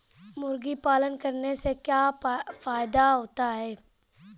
मुर्गी पालन करने से क्या फायदा होता है?